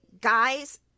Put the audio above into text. guys